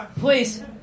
please